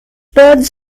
birds